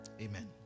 amen